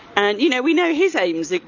and you know, we know his aims, like